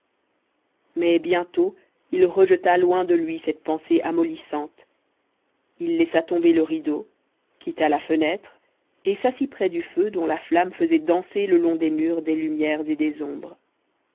mais bientôt il rejeta loin de lui cette pensée amollissante il laissa tomber le rideau quitta la fenêtre et s'assit près du feu dont la flamme faisait danser le long des murs des lumières et des ombres